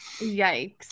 Yikes